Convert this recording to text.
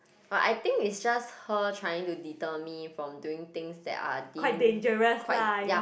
but I think it's just her trying to deter me from doing things that are deemed quite ya